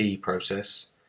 process